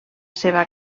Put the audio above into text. seva